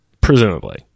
Presumably